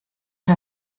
der